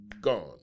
gone